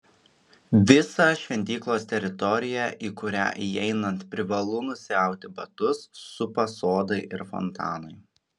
visą šventyklos teritoriją į kurią įeinant privalu nusiauti batus supa sodai ir fontanai